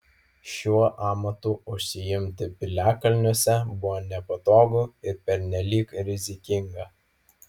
šiuo amatu užsiimti piliakalniuose buvo nepatogu ir pernelyg rizikinga